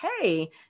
hey